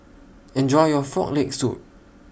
Enjoy your Frog Leg Soup